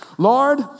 Lord